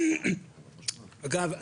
אגב,